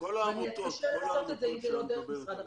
ואני אתקשה לעשות את זה אם זה לא דרך משרד החינוך.